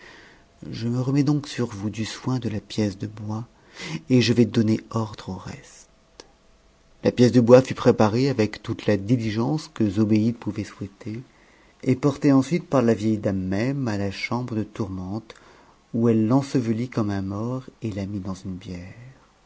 je me remets donc sur vous du soin de la pièce de bois et je vais donner ordre au reste a la pièce de bois fut préparée avec toute la diligence que zobéide pouvait souhaiter et portée ensuite par la vieille dame même à la chambre de tourmente où elle l'ensevelit comme un mort et la mit dans une bière